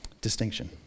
distinction